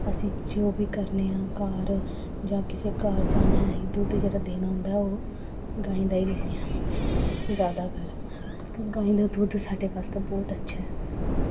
असीं जो बी करने आं घर जां किसे घर जाना ऐ दुद्ध जेह्ड़ा देना होंदा ऐ ओह् गायें दा ही लैन्ने आं जादा गाईं दा दुद्ध साढ़े बास्तै बौह्त अच्छा ऐ